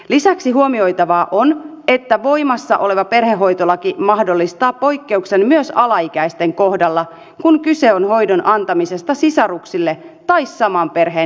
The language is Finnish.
lisäksi huomioitavaa on että voimassa oleva perhehoitolaki mahdollistaa poikkeuksen myös ala ikäisten kohdalla kun kyse on hoidon antamisesta sisaruksille tai saman perheen jäsenille